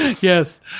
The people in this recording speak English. Yes